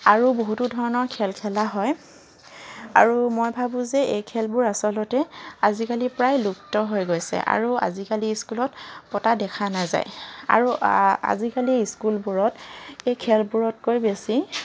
আৰু বহুতো ধৰণৰ খেল খেলা হয় আৰু মই ভাবোঁ যে এই খেলবোৰ আচলতে আজিকালি প্ৰায় লুপ্ত হৈ গৈছে আৰু আজিকালি স্কুলত পতা দেখা নাযায় আৰু আজিকালি স্কুলবোৰত এই খেলবোৰতকৈ বেছি